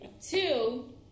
Two